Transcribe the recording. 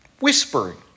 whispering